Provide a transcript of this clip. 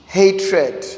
hatred